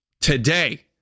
today